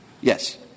Yes